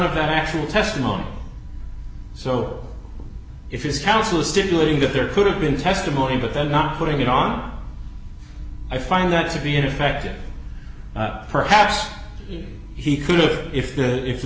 of that actual testimony so if it's counsel stipulating that there could have been testimony but then not putting it on i find that to be ineffective perhaps he could if that if the